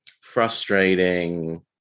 frustrating